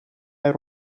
era